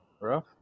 rough